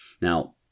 Now